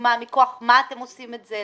מכוח מה אתם עושים את זה?